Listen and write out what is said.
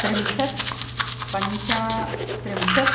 त्रिंशत् पञ्चात्रिंशत्